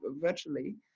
virtually